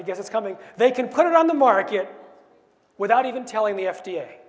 i guess it's coming they can put it on the market without even telling the f